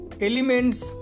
elements